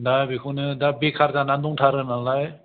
दा बेखौनो दा बेकार जानानै दंथारो नालाय